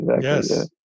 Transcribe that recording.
Yes